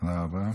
תודה רבה.